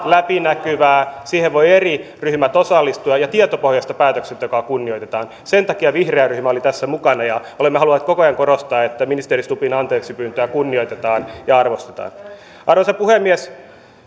läpinäkyvää siihen voivat eri ryhmät osallistua ja tietopohjaista päätöksentekoa kunnioitetaan sen takia vihreä ryhmä oli tässä mukana ja olemme halunneet koko ajan korostaa että ministeri stubbin anteeksipyyntöä kunnioitetaan ja arvostetaan arvoisa puhemies